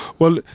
well,